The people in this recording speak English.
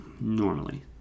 normally